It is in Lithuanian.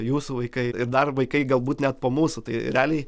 jūsų vaikai ir dar vaikai galbūt net po mūsų tai realiai